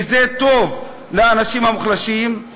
כי זה טוב לאנשים המוחלשים,